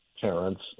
parents